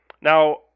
Now